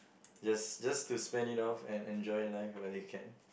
just just to spend it off and enjoy life while you can